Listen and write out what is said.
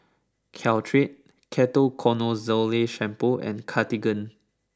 Caltrate Ketoconazole shampoo and Cartigain